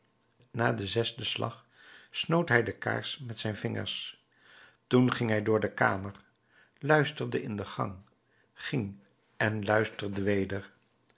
na den zesden slag snoot hij de kaars met zijn vingers toen ging hij door de kamer luisterde in de gang ging en luisterde weder